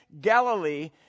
Galilee